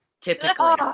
typically